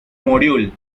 module